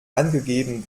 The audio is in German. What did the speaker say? angegeben